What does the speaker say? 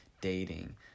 dating